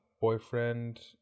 boyfriend